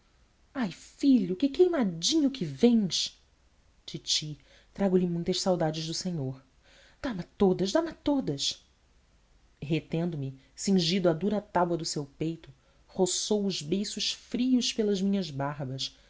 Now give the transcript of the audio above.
ai filho que queimadinho que vens titi trago-lhe muitas saudades do senhor dá mas todas dá mas todas e retendo me cingido à dura tábua do seu peito roçou os beiços frios pelas minhas barbas